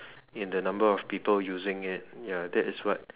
in the number of people using it ya that is what